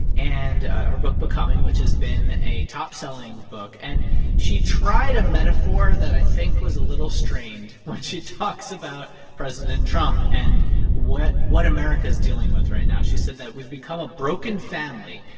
and her book becoming, which has been a top-selling book and she tried a metaphor that i think was a little strained when she talks about president trump and what what america's dealing with right now she said that we've become a broken family.